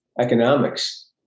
economics